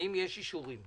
האם יש אישורים.